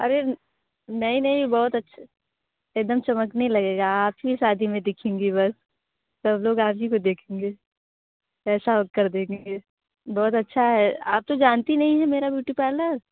अरे नहीं नहीं बहुत अछ एकदम चमकने लगेगा आप ही शादी में दिखेंगी बस सब लोग आप ही को देखेंगे ऐसा कर देंगे बहुत अच्छा है आप तो जानती ही नहीं है मेरा ब्यूटी पार्लर